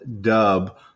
dub